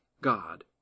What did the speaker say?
God